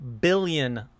billion